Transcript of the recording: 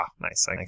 nice